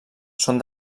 són